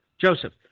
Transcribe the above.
joseph